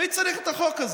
מי צריך את החוק הזה?